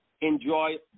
Enjoy